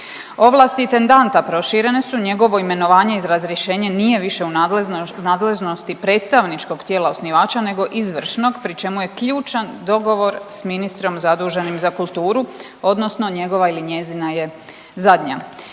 Ovlasti intendanta proširene su, njegovo imenovanje i razrješenje nije više u nadležnosti predstavničkog tijela osnivača nego izvršnog pri čemu je ključan dogovor s ministrom zaduženim za kulturu odnosno njegova ili njezina je zadnja.